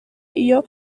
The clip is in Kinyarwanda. iyo